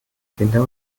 kinder